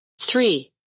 Three